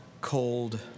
cold